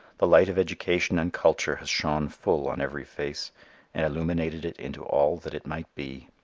the light of education and culture has shone full on every face and illuminated it into all that it might be.